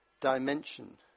dimension